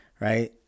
right